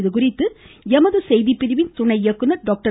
இதுகுறித்து எமது செய்திப்பிரிவின் துணை இயக்குநர் டாக்டர்